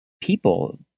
people